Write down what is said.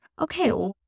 okay